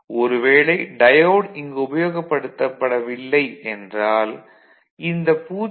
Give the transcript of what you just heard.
ஒரு வேளை டயோடு இங்கு உபயோகப்படுத்தவில்லை என்றால் இந்த 0